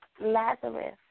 Lazarus